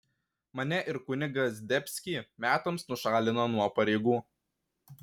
mane ir kunigą zdebskį metams nušalino nuo pareigų